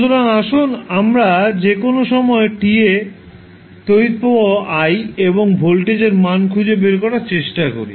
সুতরাং আসুন আমরা যেকোন সময় t এ তড়িৎ প্রবাহ i এবং ভোল্টেজের মান খুঁজে বের করার চেষ্টা করি